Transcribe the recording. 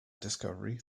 discovery